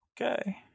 Okay